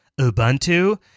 Ubuntu